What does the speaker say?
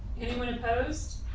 anyone opposed?